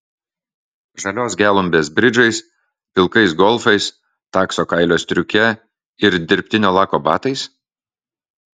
žalios gelumbės bridžais pilkais golfais takso kailio striuke ir dirbtinio lako batais